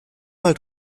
mal